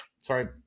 sorry